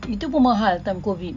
itu pun mahal time COVID